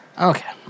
Okay